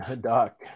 doc